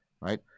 right